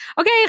Okay